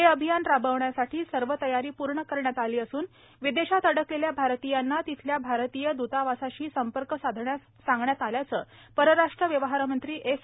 हे अभियान राबविण्यासाठी सर्व तयारी पूर्ण करण्यात आली असून विदेशात अडकलेल्या भारतीयांना तिथल्या भारतीय दूतावासाशी संपर्क साधण्यास सांगण्यात आल्याचं परराष्ट्र व्यवहार मंत्री एस